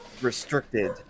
restricted